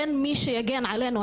אין מי שיגן עלינו,